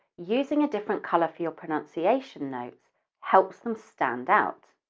using a different colour for your pronunciation notes helps them stand out.